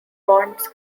bonds